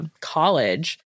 college